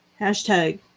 hashtag